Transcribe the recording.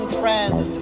friend